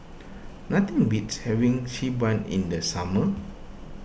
nothing beats having Xi Ban in the summer